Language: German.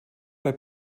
bei